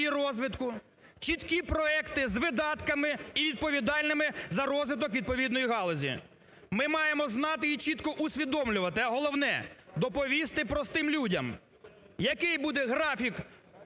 її розвитку, чіткі проекти з видатками і відповідальними за розвиток відповідної галузі. Ми маємо знати і чітко усвідомлювати, а головне – доповісти простим людям, який буде графік